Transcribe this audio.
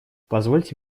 позвольте